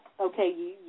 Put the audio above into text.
okay